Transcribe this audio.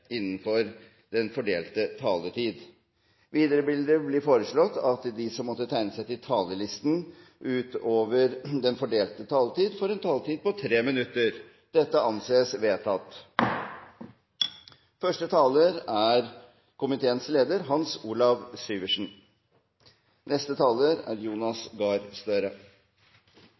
innenfor den fordelte taletid. Videre blir det foreslått at de som måtte tegne seg på talerlisten utover den fordelte taletid, får en taletid på inntil 3 minutter. – Det anses vedtatt.